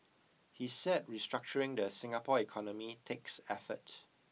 he said restructuring the Singapore economy takes effort